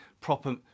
proper